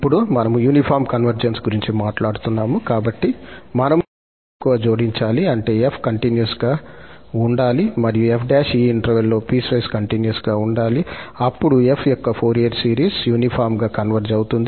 ఇప్పుడు మనము uniform convergence గురించి మాట్లాడుతున్నాము కాబట్టి మనము కొంచెం ఎక్కువ జోడించాలి అంటే 𝑓 కంటిన్యూస్ గా ఉండాలి మరియు 𝑓′ ఈ ఇంటర్వెల్ లో పీస్ వైస్ కంటిన్యూస్ గా ఉండాలి అప్పుడు 𝑓 యొక్క ఫోరియర్ సిరీస్ యూనిఫార్మ్ గా కన్వర్జ్ అవుతుంది